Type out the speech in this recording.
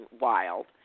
wild